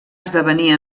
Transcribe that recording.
esdevenir